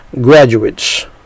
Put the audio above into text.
graduates